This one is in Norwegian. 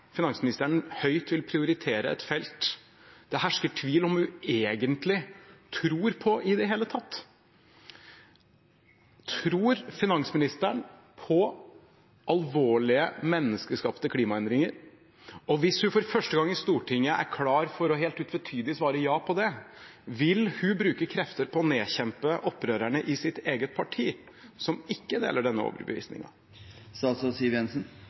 finansministeren vil prioritere høyt et felt det hersker tvil om hun egentlig tror på i det hele tatt. Tror finansministeren på alvorlige menneskeskapte klimaendringer? Og hvis hun for første gang i Stortinget er klar for å svare et helt utvetydig ja på det, vil hun bruke krefter på å nedkjempe opprørerne i sitt eget parti som ikke deler denne